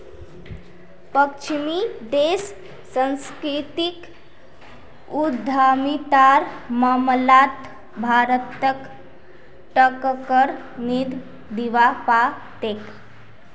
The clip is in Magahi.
पश्चिमी देश सांस्कृतिक उद्यमितार मामलात भारतक टक्कर नी दीबा पा तेक